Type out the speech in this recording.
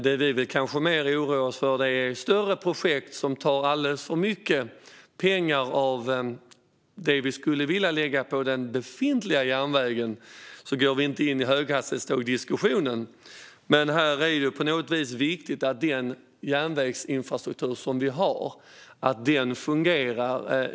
Det vi kanske mer oroar oss för är större projekt som tar alldeles för mycket pengar av det vi skulle vilja lägga på den befintliga järnvägen. Vi går inte in i höghastighetsdiskussionen. Men det är på något sätt viktigt att den järnvägsinfrastruktur vi har fungerar.